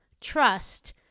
Trust